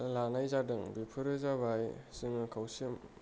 लानाय जादों बेफोरो जाबाय जोङो खौसे